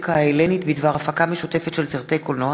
ההלנית בדבר הפקה משותפת של סרטי קולנוע,